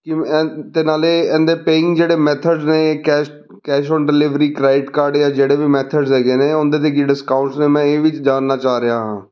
ਕਿ ਮੈਂ ਅਤੇ ਨਾਲੇ ਇਹਦੇ ਪੇਇੰਗ ਜਿਹੜੇ ਮੈਥਡਸ ਨੇ cash cash on delivery credit card ਜਾਂ ਜਿਹੜੇ ਵੀ ਮੈਥਡਸ ਹੈਗੇ ਨੇ ਉਹਦੇ 'ਤੇ ਕੀ ਡਿਸਕਾਊਂਟਸ ਨੇ ਮੈਂ ਇਹ ਵੀ ਚ ਜਾਣਨਾ ਚਾਹ ਰਿਹਾ ਹਾਂ